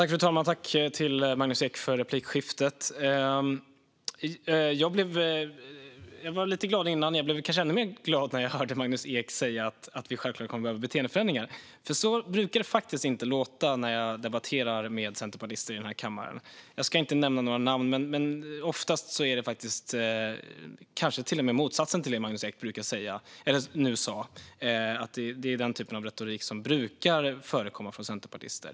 Fru talman! Tack, Magnus Ek, för replikskiftet! Jag var lite glad innan, men jag blev kanske ännu mer glad när jag hörde Magnus Ek säga att vi självklart kommer att behöva beteendeförändringar, för så brukar det faktiskt inte låta när jag debatterar med centerpartister i den här kammaren. Jag ska inte nämna några namn, men oftast är det kanske till och med motsatsen till det som Magnus Ek nu sa. Det är den typen av retorik som brukar förekomma från centerpartister.